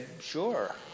sure